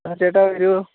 ആ ചേട്ടാ വരൂ